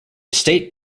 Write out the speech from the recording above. estate